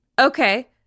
Okay